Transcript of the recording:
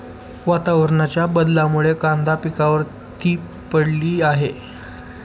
वातावरणाच्या बदलामुळे कांदा पिकावर ती पडली आहे